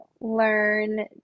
learn